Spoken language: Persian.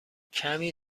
کمی